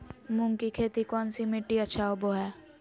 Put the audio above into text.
मूंग की खेती कौन सी मिट्टी अच्छा होबो हाय?